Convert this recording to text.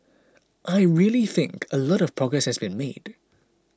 I really think a lot of progress has been made